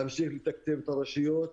להמשיך לתקצב את הרשויות,